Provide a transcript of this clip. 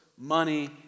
money